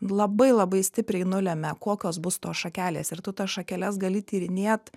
labai labai stipriai nulemia kokios bus tos šakelės ir tu tas šakeles gali tyrinėt